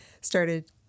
started